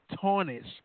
tarnish